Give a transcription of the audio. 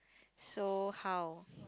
so how